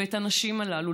ואת הנשים הללו,